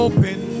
Open